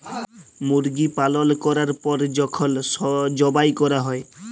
মুরগি পালল ক্যরার পর যখল যবাই ক্যরা হ্যয়